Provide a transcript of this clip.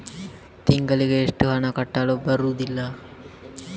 ತಿಂಗಳಿಗೆ ಎಷ್ಟು ಹಣ ಕಟ್ಟಲು ಬರುತ್ತದೆ?